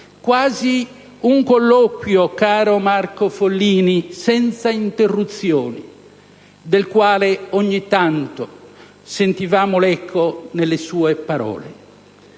quasi un colloquio, caro Marco Follini, senza interruzioni, del quale, ogni tanto, sentivamo l'eco nelle sue parole.